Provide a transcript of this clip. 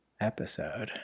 episode